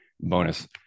bonus